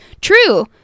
true